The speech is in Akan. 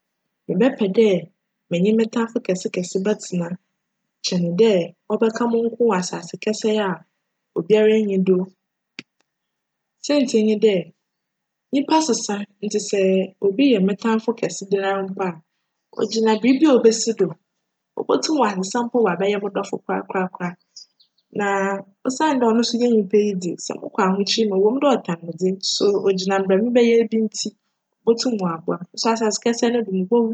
Mebjpj dj menye me tamfo kjse kjse bjtsena kyjn dj cbjka monko wc asaase kjsei a obiara nnyi do. Siantsir nye dj, nyimpa sesa ntsi sj obi yj me tamfo kjse dan ara mpo a, ogyina biribi a obesi do, obotum w'asesa mpo w'abjyj mo dcfo korakorakora na osiandj cno so yj nyimpa yi dze sj mokc ahokyer mu a, cwc mu dj ctan me dze nso ogyina ma mebjyj ntsi obotum w'aboa me nso asaase kjsei no do mobowu.